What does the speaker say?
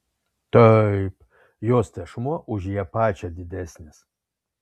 taip jos tešmuo už ją pačią didesnis